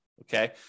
Okay